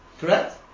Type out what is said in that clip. correct